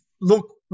look